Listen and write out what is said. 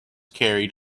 carried